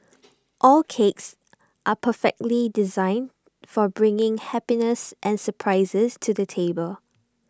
all cakes are perfectly designed for bringing happiness and surprises to the table